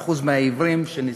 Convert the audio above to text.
67% מהעיוורים שנשואים.